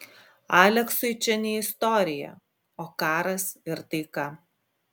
aleksui čia ne istorija o karas ir taika